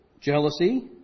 jealousy